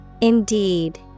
Indeed